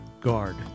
guard